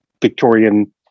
Victorian